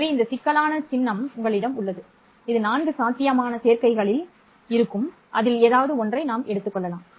எனவே இந்த சிக்கலான சின்னம் உங்களிடம் உள்ளது இது நான்கு சாத்தியமான சேர்க்கைகளில் ஒன்றை எடுக்கலாம்